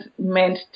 meant